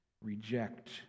reject